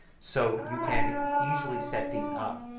so you can easily set these up.